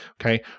okay